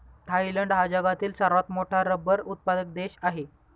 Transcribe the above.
Thailand हा जगातील सर्वात मोठा रबर उत्पादक देश आहे